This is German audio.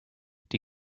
die